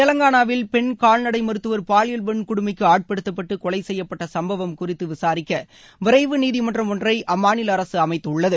தெலங்கானாவில் பெண் கால்நடை மருத்துவர் பாலியல் வன்கொடுமைக்கு ஆட்படுத்தப்பட்டு கொலை செய்யப்பட்ட சம்பவம் குறித்து விசாரிக்க விரைவு நீதிமன்றம் ஒன்றை அம்மாநில அரசு அமைத்துள்ளது